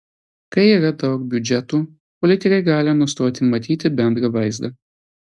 kai yra daug biudžetų politikai gali nustoti matyti bendrą vaizdą